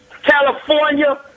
California